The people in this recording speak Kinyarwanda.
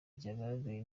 ryagaragaye